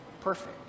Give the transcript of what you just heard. perfect